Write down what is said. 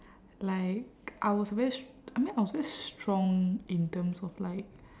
like I was very s~ I mean I was very strong in terms of like